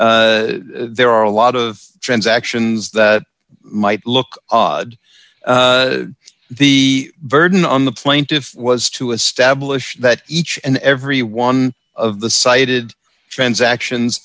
there are a lot of transactions that might look odd the burden on the plaintiffs was to establish that each and every one of the cited transactions